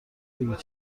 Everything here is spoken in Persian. بگید